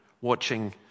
watching